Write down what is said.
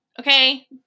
Okay